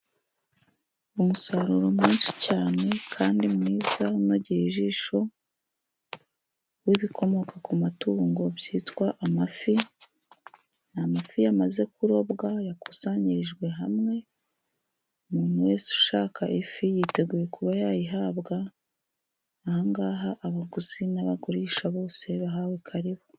Umusaruro mwinshi cyane kandi mwiza unogeye ijisho w'ibikomoka ku matungo byitwa amafi. Amafi yamaze kurobwa, yakusanyirijwe hamwe, umuntu wese ushaka ifi yiteguye kuba yayihabwa. Ahangaha abaguzi n'abagurisha bose bahawe karibu.